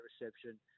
reception